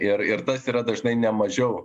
ir ir tas yra dažnai ne mažiau